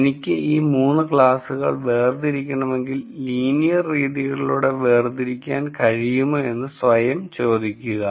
എനിക്ക് ഈ 3 ക്ലാസുകൾ വേർതിരിക്കണമെങ്കിൽ ലീനിയർ രീതികളിലൂടെ വേർതിരിക്കാൻ കഴിയുമോ എന്ന് സ്വയം ചോദിക്കുക